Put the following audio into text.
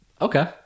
Okay